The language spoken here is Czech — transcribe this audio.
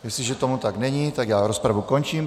Jestliže tomu tak není, tak rozpravu končím.